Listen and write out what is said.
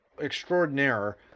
extraordinaire